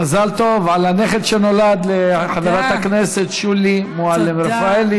מזל טוב על הנכד שנולד לחברת הכנסת שולי מועלם-רפאלי.